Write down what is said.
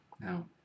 Now